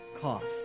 cost